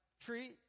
tree